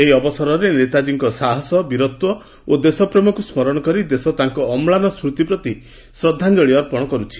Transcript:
ଏହି ଅବସରରେ ନେତାଜୀଙ୍କ ସାହସ ବିରତ୍ୱ ଓ ଦେଶପ୍ରେମକୁ ସ୍ମରଣ କରି ଦେଶ ତାଙ୍କ ଅମ୍ଳାନ ସ୍ଦୁତି ପ୍ରତି ଶ୍ରଦ୍ଧାଞ୍ଞଳି ଅର୍ପଣ କରାଯାଉଛି